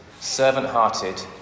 servant-hearted